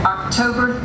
October